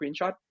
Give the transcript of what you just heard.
screenshot